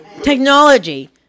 Technology